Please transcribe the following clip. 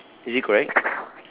is it correct